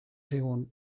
zigun